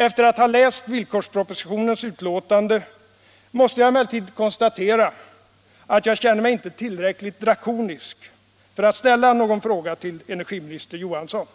Efter att ha läst villkorspropositionen och betänkandet måste jag emellertid konstatera att jag känner mig inte tillräckligt drakonisk för att ställa någon fråga till energiminister Johansson.